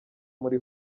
muri